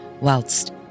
whilst